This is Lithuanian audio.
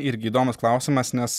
irgi įdomus klausimas nes